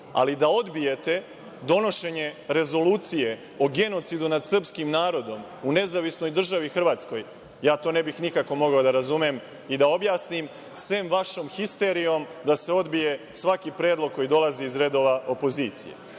Ali da odbijete donošenje Rezolucije o genocidu nad srpskim narodom u Nezavisnoj državi Hrvatskoj, ja to ne bih nikako mogao da razumem i da objasnim, sem vašom histerijom da se odbije svaki predlog koji dolazi iz redova opozicije. Prosto,